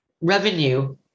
revenue